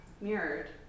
mirrored